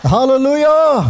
Hallelujah